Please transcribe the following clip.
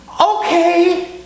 Okay